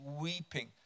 weeping